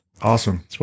Awesome